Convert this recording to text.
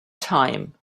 time